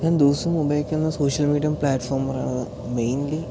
ഞാൻ ദിവസവും ഉപയോഗിക്കുന്ന സോഷ്യൽ മീഡിയ പ്ലാറ്റ്ഫോം എന്നു പറയണത് മെയിൻലി